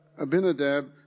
Abinadab